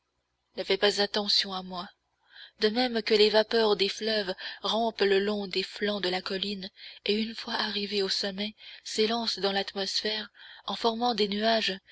ne fais pas attention à moi de même que les vapeurs des fleuves rampent le long des flancs de la colline et une fois arrivées au sommet s'élancent dans l'atmosphère en formant des nuages